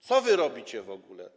Co wy robicie w ogóle?